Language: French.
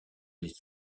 des